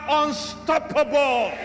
unstoppable